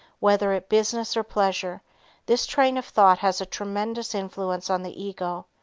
whether at business or pleasure this train of thought has a tremendous influence on the ego,